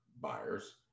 buyers